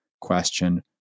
question